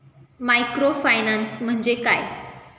Microfinance म्हणजे काय?